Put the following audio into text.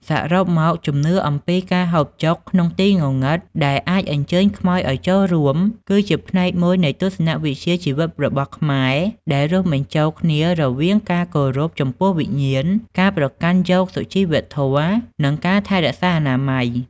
សរុបមក ជំនឿអំពីការហូបចុកក្នុងទីងងឹតដែលអាចអញ្ជើញខ្មោចឲ្យចូលរួម គឺជាផ្នែកមួយនៃទស្សនៈវិជ្ជាជីវិតរបស់ខ្មែរ ដែលរួមបញ្ចូលគ្នារវាងការគោរពចំពោះវិញ្ញាណ ការប្រកាន់យកសុជីវធម៌ និងការថែរក្សាអនាម័យ ។